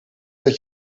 dat